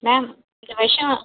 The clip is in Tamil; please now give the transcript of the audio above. மேம் இந்த வருஷம்